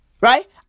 Right